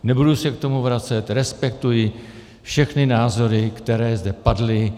Nebudu se k tomu vracet, respektuji všechny názory, které zde padly.